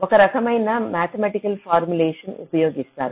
ఒక రకమైన mathematical formulation ఉపయోగిస్తారు